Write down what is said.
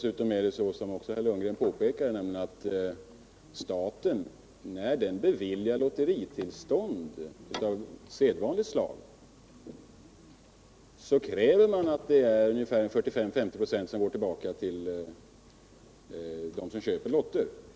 Spelar man på trav och galopp är procentsatserna ännu högre. När staten beviljar lotteritillstånd av sedvanligt slag krävs att ungefär 45-50 96 skall gå tillbaka till dem som köper lotter i form av vinst.